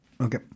Okay